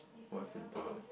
what centre